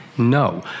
No